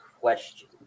question